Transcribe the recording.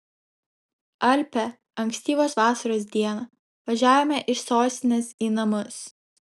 alpią ankstyvos vasaros dieną važiavome iš sostinės į namus